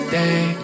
day